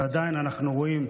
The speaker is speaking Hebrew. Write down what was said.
ועדיין אנחנו רואים,